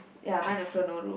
ya mine also no roof